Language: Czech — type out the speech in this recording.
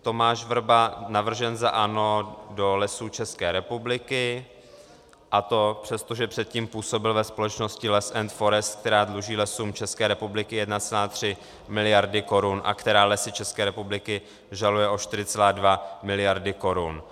Tomáš Vrba, navržen za ANO, do Lesů České republiky, a to přesto, že předtím působil ve společnosti Less & Forest, která dluží Lesům České republiky 1,3 mld. korun a která Lesy České republiky žaluje o 4,2 mld. korun.